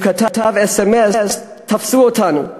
הוא כתב אס.אם.אס: תפסו אותנו,